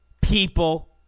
people